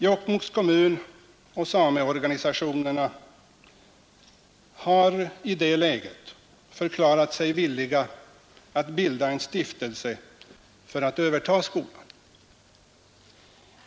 Jokkmokks kommun och sameorganisationerna har i det läget förklarat sig villiga att bilda en stiftelse för att överta skolan.